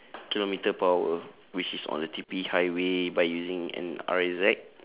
kilometre per hour which is on the T_P highway by using an R_A_Z